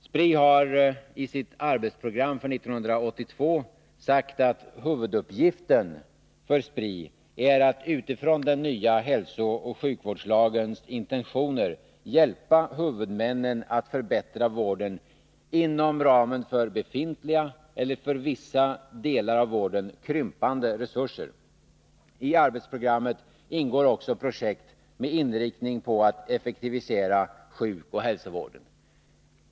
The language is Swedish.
Spri hari sitt arbetsprogram för 1982 sagt att huvuduppgiften för Spri är att utifrån den nya hälsooch sjukvårdslagens intentioner hjälpa huvudmännen att förbättra vården inom ramen för befintliga resurser eller, för vissa delar av vården, krympande resurser. I arbetsprogrammet ingår också projekt med inriktning mot att effektivisera sjukoch hälsovården.